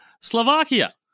Slovakia